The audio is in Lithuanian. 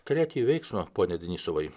tretįjį veiksmą pone denisovai